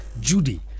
Judy